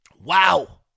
Wow